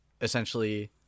essentially